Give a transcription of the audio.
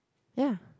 ya